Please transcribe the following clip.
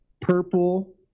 purple